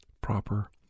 proper